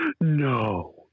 No